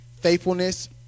faithfulness